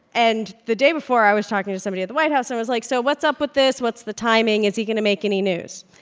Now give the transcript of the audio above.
and the day before, i was talking to somebody at the white house, and i was like, so what's up with this? what's the timing? is he going to make any news?